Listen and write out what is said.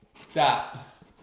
Stop